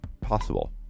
Possible